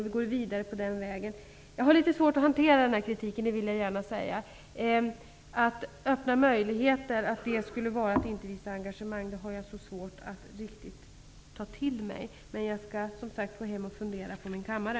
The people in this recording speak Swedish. Vi går vidare på den vägen. Jag har litet svårt att hantera den här kritiken, det vill jag gärna säga. Att man genom att öppna för möjligheter inte visar engagemang har jag svårt att ta till mig. Men jag skall gå hem och fundera över detta på min kammare.